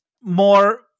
more